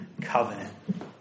covenant